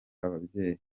ababyeyi